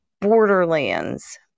Borderlands